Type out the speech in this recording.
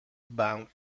ban